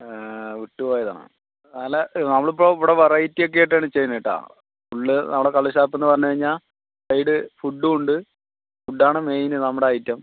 വിട്ടു പോയതാണ് അല്ല അവളിപ്പോൾ ഇവിടെ വെറൈറ്റിയൊക്കെ ആയിട്ടാണ് ചെയ്യുന്നത് കേട്ടോ ഫുള്ള് നമ്മുടെ കള്ള് ഷാപ്പ് പറഞ്ഞു കഴിഞ്ഞാൽ സൈഡ് ഫുഡും ഉണ്ട് ഫുഡാണ് മെയിന് നമ്മുടെ ഐറ്റം